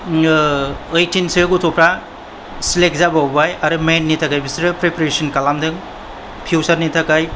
ऐटिनसो गथ'फ्रा सेलेक्ट जाबावबाय आरो मैन्सनि थाखाय बिसोर प्रिपैरेशन खालामदों फ्यूचारनि थाखाय